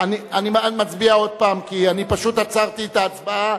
כי אני פשוט עצרתי את ההצבעה,